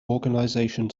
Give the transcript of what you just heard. organisation